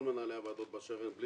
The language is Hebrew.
כל מנהלי הוועדות באשר הם,